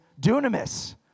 dunamis